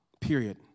period